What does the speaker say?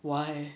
why